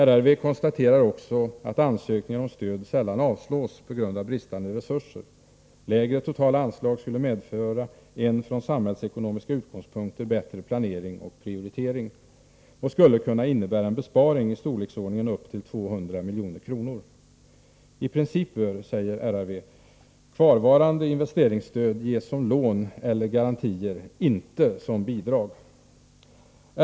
RRV konstaterar också att ansökningar om stöd sällan avslås på grund av bristande resurser. Lägre totala anslag skulle medföra en från samhällsekonomiska utgångspunkter bättre planering och prioritering och skulle kunna innebära en besparing i storleksordningen upp till 200 milj.kr. I princip bör, säger RRV, kvarvarande investeringsstöd ges som lån eller garantier, inte som bidrag.